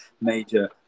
major